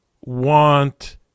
want